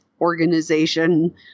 Organization